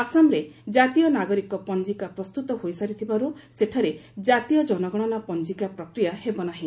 ଆସାମରେ ଜାତୀୟ ନାଗରିକ ପଞ୍ଜିକା ପ୍ରସ୍ତତ ହୋଇସାରିଥିବାର୍ ସେଠାରେ ଜାତୀୟ ଜନଗଣନା ପଞ୍ଜିକା ପ୍ରକ୍ରିୟା ହେବ ନାହିଁ